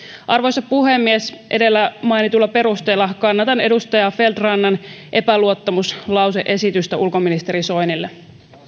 arvoisa puhemies edellä mainituilla perusteilla kannatan edustaja feldt rannan epäluottamuslause esitystä ulkoministeri soinille